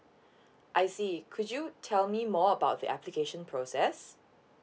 I see could you tell me more about the application process